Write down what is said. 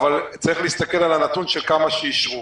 אבל צריך להסתכל על הנתון של כמה שאושרו.